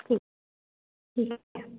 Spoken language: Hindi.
ठीक ठीक है